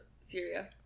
Syria